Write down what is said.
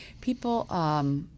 people –